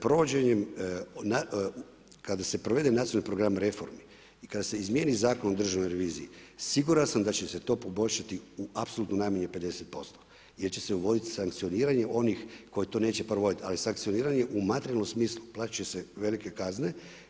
Provođenjem, kada se provede nacionalni program reforme, kada se izmjeni Zakon o Državni reviziji, siguran sam da će se to poboljšati u apsolutno najmanje 50%, jer će se uvoditi sankcioniranje onih koji to neće provoditi, ali sankcioniranje u materijalnom smislu, platiti će se velike kazne.